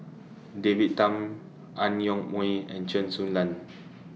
David Tham Ang Yoke Mooi and Chen Su Lan